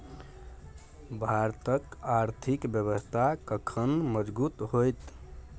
भारतक आर्थिक व्यवस्था कखन मजगूत होइत?